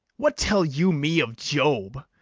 what tell you me of job?